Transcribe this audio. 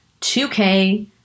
2K